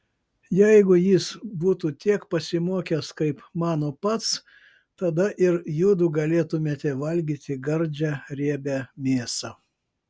jeigu jis būtų tiek pasimokęs kaip mano pats tada ir judu galėtumėte valgyti gardžią riebią mėsą